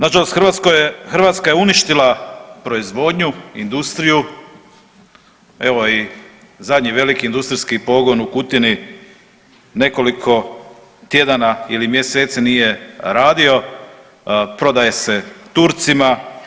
Nažalost Hrvatska je uništila proizvodnju, industriju, evo i zadnji veliki industrijski pogon u Kutini nekoliko tjedana ili mjeseci nije radio, prodaje se Turcima.